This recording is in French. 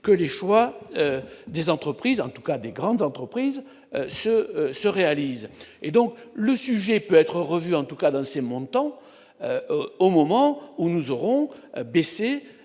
que les choix des entreprises en tout cas des grandes entreprises se se réalise et donc le sujet peut être revu en tout cas dans ces montants au moment où nous aurons baissé